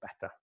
better